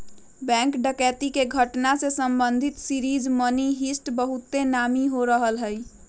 bank डकैती के घटना से संबंधित सीरीज मनी हीस्ट बहुते नामी हो रहल हइ